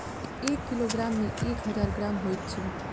एक किलोग्राम मे एक हजार ग्राम होइत अछि